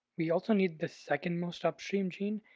we also need the second most upstream gene,